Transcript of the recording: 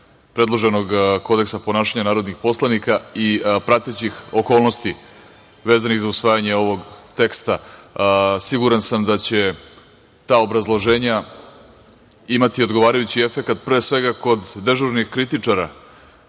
predloženog kodeksa ponašanja narodnih poslanika i pratećih okolnosti vezanih za usvajanje ovog teksta. Siguran sam da će ta obrazloženja imati odgovarajući efekat, pre svega kod dežurnih kritičara,